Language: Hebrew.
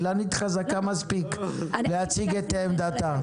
אילנית חזקה מספיק להציג את עמדתה.